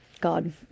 God